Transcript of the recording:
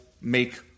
make